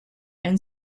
and